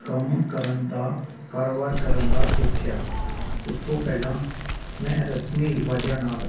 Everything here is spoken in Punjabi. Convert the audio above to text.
ਕੰਮ ਕਰਨ ਦਾ ਕਾਰੋਬਾਰ ਕਰਨ ਦਾ ਸੋਚਿਆ ਉਸ ਤੋਂ ਪਹਿਲਾਂ ਮੈਂ ਰਸਮੀ ਰਿਵਾਜ਼ਾਂ ਨਾਲ